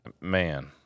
man